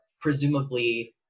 presumably